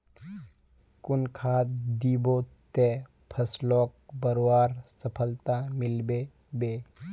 कुन खाद दिबो ते फसलोक बढ़वार सफलता मिलबे बे?